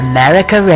America